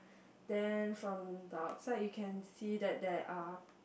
then from the outside you can see that there are